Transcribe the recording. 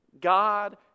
God